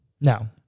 Now